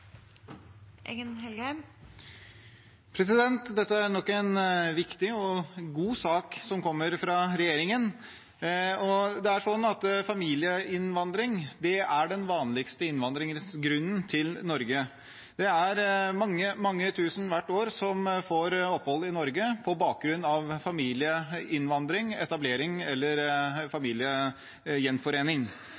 en viktig og god sak fra regjeringen. Familieinnvandring er den vanligste formen for innvandring til Norge. Det er mange tusen hvert år som får opphold i Norge på bakgrunn av familieinnvandring, etablering eller